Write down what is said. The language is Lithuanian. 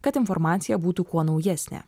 kad informacija būtų kuo naujesnė